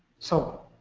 so